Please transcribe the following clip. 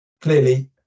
Clearly